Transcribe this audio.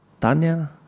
Tanya